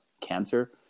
cancer